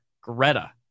Greta